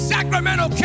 Sacramento